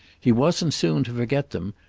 he wasn't soon to forget them,